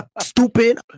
Stupid